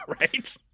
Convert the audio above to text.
right